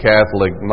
Catholic